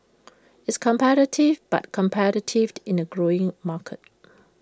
it's competitive but competitive in A growing market